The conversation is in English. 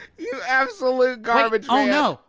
you absolute garbage-man. oh,